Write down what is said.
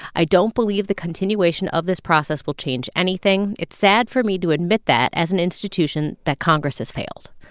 i don't believe the continuation of this process will change anything. it's sad for me to admit that, as an institution, that congress has failed.